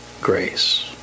grace